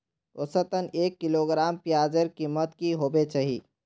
औसतन एक किलोग्राम प्याजेर कीमत की होबे चही?